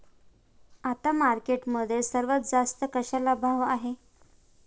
आता मार्केटमध्ये सर्वात जास्त कशाला भाव आहे?